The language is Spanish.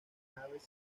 naves